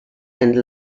and